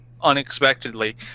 unexpectedly